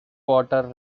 water